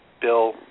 Bill